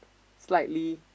slightly